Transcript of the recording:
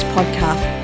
Podcast